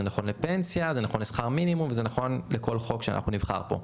זה נכון לפנסיה זה נכון לשכר מינימום ולכל חוק שנבחר פה.